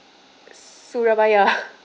surabaya